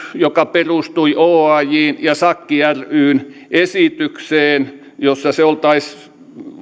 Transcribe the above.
joka perustui oajn ja sakki ryn esitykseen jossa se oltaisiin